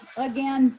again,